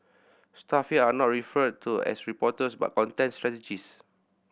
staff there are not referred to as reporters but content strategists